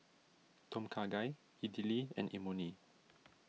Tom Kha Gai Idili and Imoni